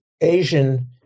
Asian